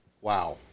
Wow